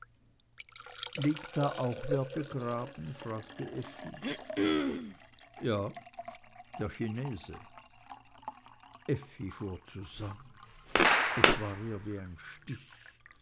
liegt da auch wer begraben fragte effi ja der chinese effi fuhr zusammen es war ihr wie ein stich